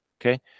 Okay